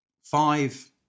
Five